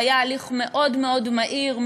זה היה הליך מאוד מאוד מהיר,